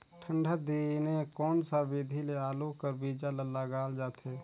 ठंडा दिने कोन सा विधि ले आलू कर बीजा ल लगाल जाथे?